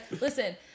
listen